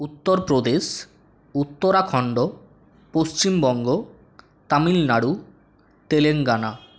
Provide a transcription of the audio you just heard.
Uttar Pradesh Uttarakhand Paschimbanga Tamil Nadu Telangana